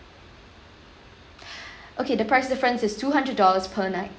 okay the price difference is two hundred dollars per night